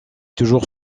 toujours